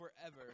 forever